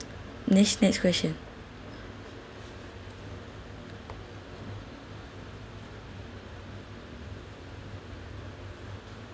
next next question